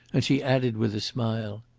and she added, with a smile,